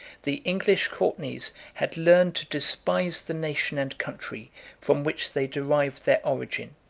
the english courtenays had learned to despise the nation and country from which they derived their origin.